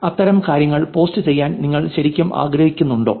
അത്തരം കാര്യങ്ങൾ പോസ്റ്റ് ചെയ്യാൻ നിങ്ങൾ ശരിക്കും ആഗ്രഹിക്കുന്നുണ്ടോ